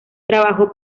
trabajó